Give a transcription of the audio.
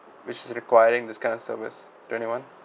which is requiring this kind of service twenty one